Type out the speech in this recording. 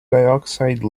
dioxide